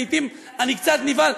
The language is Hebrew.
לעתים אני קצת נבהל,